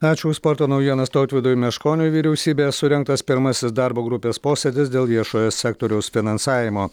ačiū už sporto naujienas tautvydui meškoniui vyriausybėje surengtas pirmasis darbo grupės posėdis dėl viešojo sektoriaus finansavimo